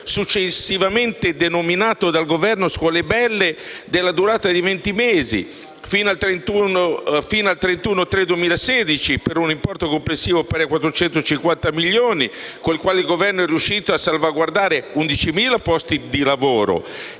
successivamente denominato dal Governo scuole belle della durata di venti mesi, fino al 31 marzo 2016, per un importo complessivo pari a 450 milioni, con il quale il Governo è riuscito a salvaguardare 11.000 posti di lavoro.